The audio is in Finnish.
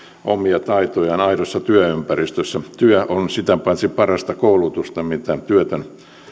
omia taitojaan aidossa työympäristössä työ on sitä paitsi parasta koulutusta mitä työtön